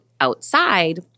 outside